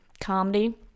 comedy